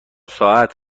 ساعت